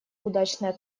удачная